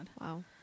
Wow